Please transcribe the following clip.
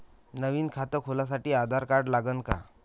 नवीन खात खोलासाठी आधार कार्ड लागन का?